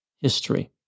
history